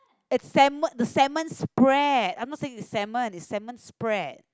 is salmon the salmon spread I not saying the salmon is salmon spread